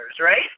right